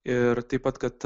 ir taip pat kad